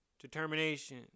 determination